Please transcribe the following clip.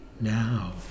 now